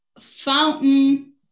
fountain